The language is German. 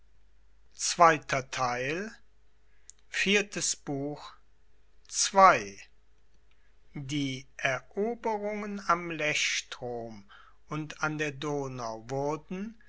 die eroberungen am lechstrom und an der donau wurden